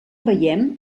veiem